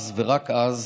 אז ורק אז